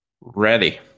Ready